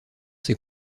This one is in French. ses